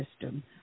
system